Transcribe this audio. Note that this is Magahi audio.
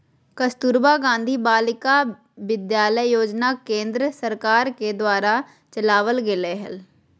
कस्तूरबा गांधी बालिका विद्यालय योजना केन्द्र सरकार के द्वारा चलावल गेलय हें